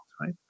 right